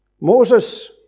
Moses